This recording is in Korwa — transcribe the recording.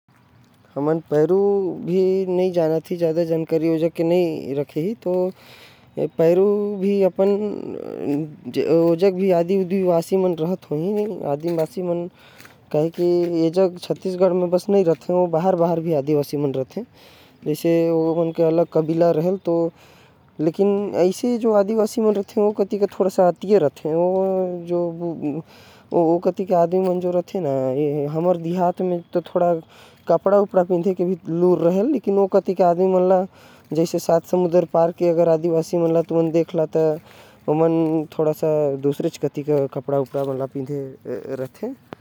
पेरू के भी बारे म मोके जानकारी नही हवे। लेकिन ओ हर भी सही देश हवे। वहा आदिवासी मन भी रहथे। जेमन के काबिल जंगल म होथे।